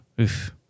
Oof